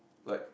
like